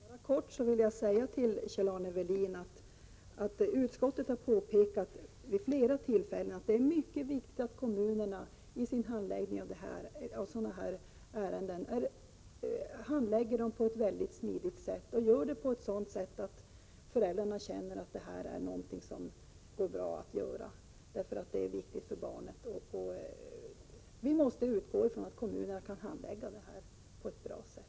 Herr talman! Jag vill helt kort säga till Kjell-Arne Welin att utskottet vid flera tillfällen har påpekat att det är mycket viktigt att kommunerna handlägger sådana här ärenden på ett smidigt sätt och på ett sådant sätt att föräldrarna känner att detta är viktigt för barnet. Vi måste utgå från att kommunerna kan handlägga dessa frågor på ett bra sätt.